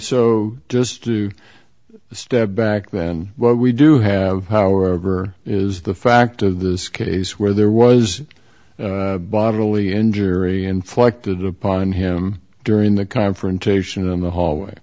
so just to step back then what we do have however is the fact of this case where there was bodily injury inflicted upon him during the confrontation in the hallway